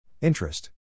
Interest